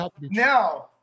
Now